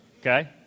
Okay